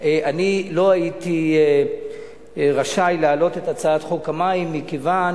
אני לא הייתי רשאי להעלות את הצעת חוק המים מכיוון